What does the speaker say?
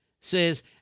says